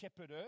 shepherder